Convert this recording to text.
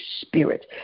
Spirit